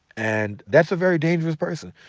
and that's a very dangerous person.